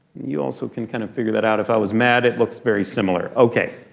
you also can kind of figure that out. if i was mad, it looks very similar. okay.